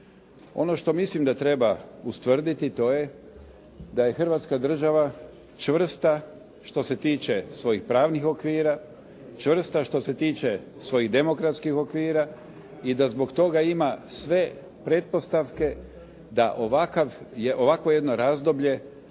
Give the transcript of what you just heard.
Ono što mislim da treba ustvrditi to je da je Hrvatska Država čvrsta što se tiče svojih pravnih okvira, čvrsta što se tiče svojih demokratskih okvira i da zbog toga ima sve pretpostavke da ovakvo jedno razdoblje